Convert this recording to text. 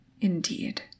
indeed